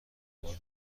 بار